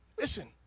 Listen